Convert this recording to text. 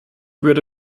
würde